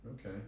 Okay